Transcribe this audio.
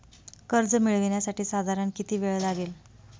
कर्ज मिळविण्यासाठी साधारण किती वेळ लागेल?